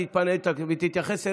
כשתתפנה ותתייחס אלינו,